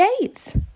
dates